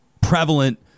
prevalent